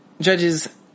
Judges